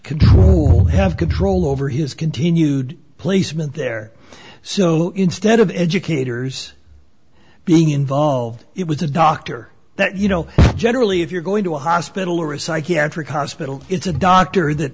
control have control over his continued placement there so instead of educators being involved it was a doctor that you know generally if you're going to a hospital or a psychiatric hospital it's a doctor that